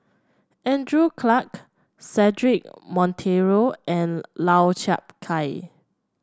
Andrew Clarke Cedric Monteiro and Lau Chiap Khai